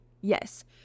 Yes